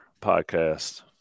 podcast